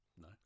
No